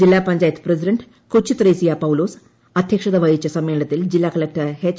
ജില്ലാ പഞ്ചായത്ത് പ്രസിഡന്റ് കൊച്ചുത്രേസ്യ പൌലോസ് അദ്ധ്യക്ഷത വഹിച്ച സമ്മേളനത്തിൽ ജില്ലാ കളക്ടർ എച്ച്